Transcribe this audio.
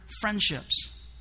friendships